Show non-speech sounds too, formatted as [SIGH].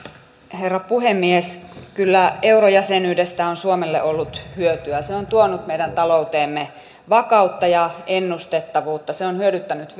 herra puhemies kyllä eurojäsenyydestä on suomelle ollut hyötyä se on tuonut meidän talouteemme vakautta ja ennustettavuutta se on hyödyttänyt [UNINTELLIGIBLE]